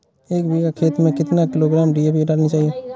एक बीघा खेत में कितनी किलोग्राम डी.ए.पी डालनी चाहिए?